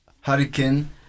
Hurricane